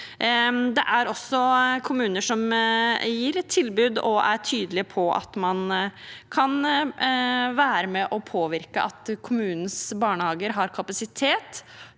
Det er også kommuner som gir et tilbud og er tydelige på at man kan være med og påvirke at kommunens barnehager har kapasitet